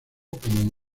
como